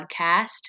Podcast